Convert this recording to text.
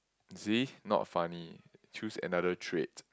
you see not funny choose another trait